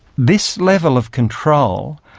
this level of control,